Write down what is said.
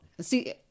see